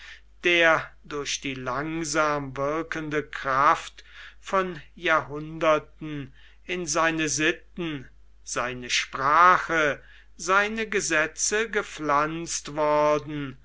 der durch die langsam wirkende kraft von jahrhunderten in seine sitten seine sprache seine gesetze gepflanzt worden